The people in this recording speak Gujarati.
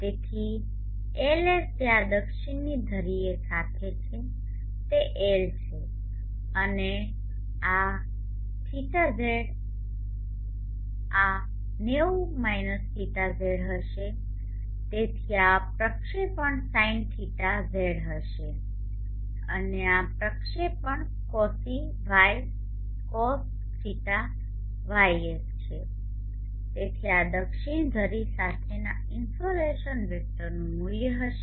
તેથી LS જે આ દક્ષિણ ધરીની સાથે છે તે L છે અને આ θz આ 90 θz હશે તેથી આ પ્રક્ષેપણ sinθz હશે અને આ પ્રક્ષેપણ cosγs છે તેથી આ દક્ષિણ ધરી સાથેના ઇન્સોલેશન વેક્ટરનું મૂલ્ય હશે